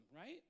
right